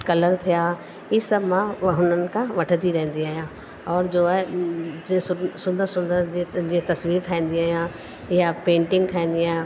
colour थिया ही सभु मां हुननि खां वठंदी रहंदी आहियां और जो आहे जे संद सुंदर सुंदर जे त जे तस्वीर ठाहींदी आहियां या पेंटिंग ठाहींदी आहियां